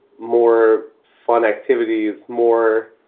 more fun activities, more.